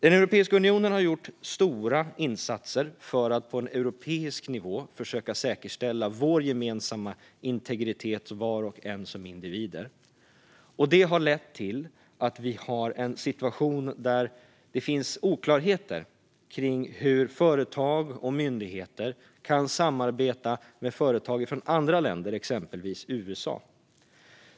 Europeiska unionen har gjort stora insatser för att på en europeisk nivå försöka säkerställa vår gemensamma integritet - för var och en av oss som individer. Det har lett till en situation där det finns oklarheter kring hur företag och myndigheter kan samarbeta med företag från andra länder, exempelvis USA.